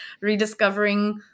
rediscovering